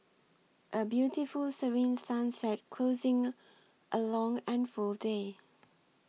a beautiful serene sunset closing a long and full day